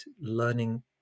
learning